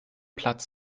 platz